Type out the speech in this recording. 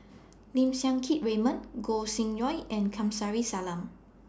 Lim Siang Keat Raymond Gog Sing Hooi and Kamsari Salam